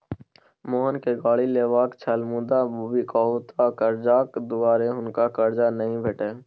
मोहनकेँ गाड़ी लेबाक छल मुदा बकिऔता करजाक दुआरे हुनका करजा नहि भेटल